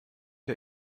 der